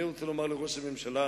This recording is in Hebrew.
אני רוצה לומר לראש הממשלה.